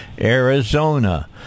Arizona